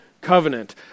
covenant